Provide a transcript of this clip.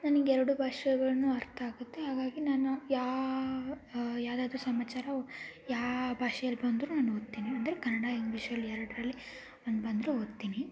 ನನಗೆ ಎರಡು ಭಾಷೆಗಳುನೂ ಅರ್ಥ ಆಗುತ್ತೆ ಹಾಗಾಗಿ ನಾನು ಯಾ ಯಾವುದಾದ್ರೂ ಸಮಾಚಾರ ಯಾವ ಭಾಷೇಲಿ ಬಂದ್ರುನೂ ನಾನು ಓದ್ತೀನಿ ಅಂದರೆ ಕನ್ನಡ ಇಂಗ್ಲೀಷ್ ಅಲ್ಲಿ ಎರಡರಲ್ಲಿ ನಾನು ಬಂದರೂ ಓದ್ತೀನಿ